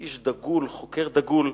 איש דגול, חוקר דגול,